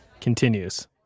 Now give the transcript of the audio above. continues